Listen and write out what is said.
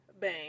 bang